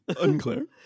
unclear